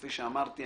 וכפי שאמרתי,